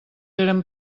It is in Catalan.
eren